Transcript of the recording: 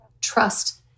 trust